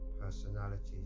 personalities